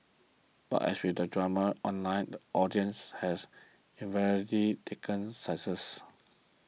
and as with all drama online the audience has invariably taken sides